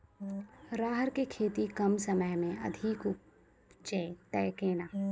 राहर की खेती कम समय मे अधिक उपजे तय केना?